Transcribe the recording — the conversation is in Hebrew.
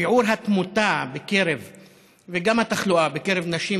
שיעור התמותה וגם התחלואה בקרב נשים